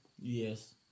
Yes